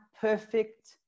perfect